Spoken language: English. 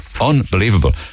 Unbelievable